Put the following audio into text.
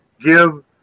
give